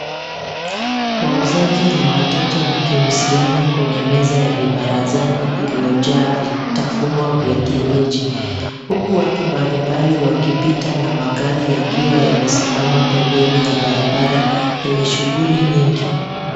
Wauzaji na wateja wakihusiana kwenye meza ya vibarazani iliyojaa vitafunwa vya kienyeji. Huku watu mbalimbali wakipita na magari yakiwa yamesimama pembeni ya barabara yenye shughuli nyingi